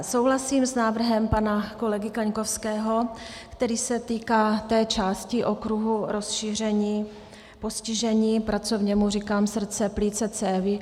Souhlasím s návrhem pana kolegy Kaňkovského, který se týká té části okruhu rozšíření postižení, pracovně mu říkám: srdce, plíce, cévy.